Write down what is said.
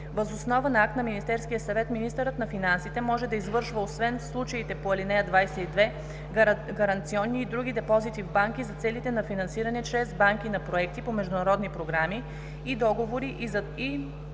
Въз основа на акт на Министерския съвет министърът на финансите може да извършва, освен в случаите по ал. 22, гаранционни и други депозити в банки за целите на финансиране чрез банки на проекти по международни програми, и договори и